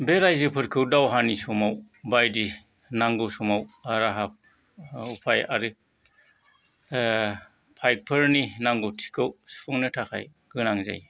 बे रायजोफोरखौ दावहानि समाव बाइदि नांगौ समाव राहा उफाय आरो ओह पाइकफोरनि नांगौथिखौ सुफुंनो थाखाय गोनां जायो